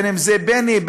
בין שזה בני,